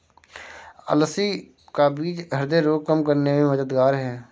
अलसी का बीज ह्रदय रोग कम करने में मददगार है